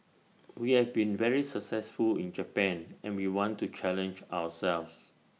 we have been very successful in Japan and we want to challenge ourselves